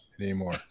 anymore